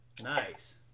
Nice